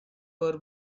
were